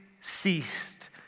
ceased